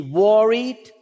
worried